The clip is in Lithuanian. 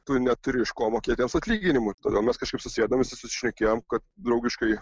tu neturi iš ko mokėti jiems atlyginimų todėl mes kažkaip susėdom ir susišnekėjom kad draugiškai